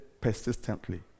persistently